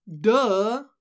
Duh